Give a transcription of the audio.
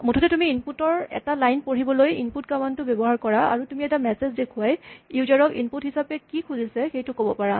মুঠতে তুমি ইনপুট ৰ এটা লাইন পঢ়িবলৈ ইনপুট কমান্ড টো ব্যৱহাৰ কৰা আৰু তুমি এটা মেছেজ দেখুৱাই ইউজাৰ ক ইনপুট হিচাপে কি খুজিছে সেইটো ক'ব পাৰা